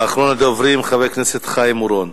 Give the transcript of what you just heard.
ואחרון הדוברים, חבר הכנסת חיים אורון.